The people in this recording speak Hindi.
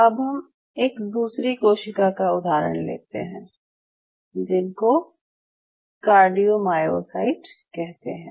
अब हम एक दूसरी कोशिका का उदाहरण लेते हैं जिनको कार्डियोमायोसाईट कहते हैं